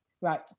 Right